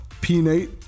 P-Nate